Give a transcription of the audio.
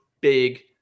big